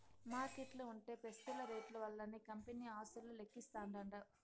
మార్కెట్ల ఉంటే పెస్తుత రేట్లు వల్లనే కంపెనీ ఆస్తులు లెక్కిస్తాండారు